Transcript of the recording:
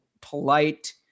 polite